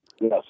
Yes